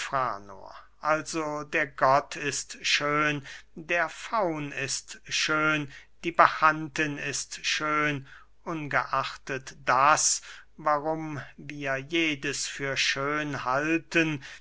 also der gott ist schön der faun ist schön die bacchantin ist schön ungeachtet das warum wir jedes für schön halten